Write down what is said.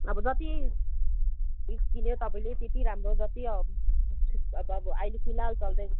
अब जति किन्यो तपाईँले त्यति राम्रो अब जति अब अहिले फिलहाल चल्दै गरेको